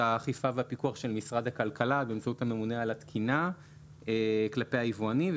האכיפה והפיקוח של משרד הכלכלה באמצעות הממונה על התקינה כלפי היבואנים.